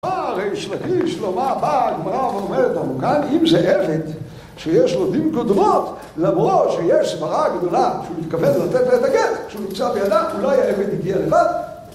ארי, שלכי, שלמה, באג, מרב, עומד, עמוקן, אם זה אמת שיש לודים קודמות למרוא שיש מראה גדולה שהוא מתכוון לתת לה את הגל, שהוא נמצא בידה, אולי האמת נגיע לבד